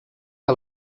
que